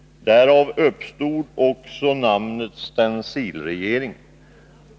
Därav uppstod också namnet ”stencilregeringen”.